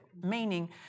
meaning